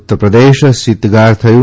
ઉત્તરપ્રદેશમાં શીતગાર થયું